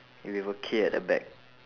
with a K at the back